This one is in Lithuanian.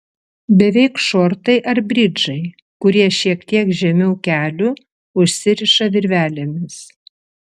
beveik šortai ar bridžai kurie šiek tiek žemiau kelių užsiriša virvelėmis